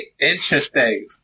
Interesting